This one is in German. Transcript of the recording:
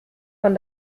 von